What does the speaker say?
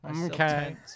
okay